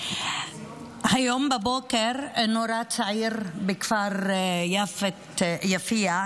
היום בבוקר נורה צעיר בכפר יפיע,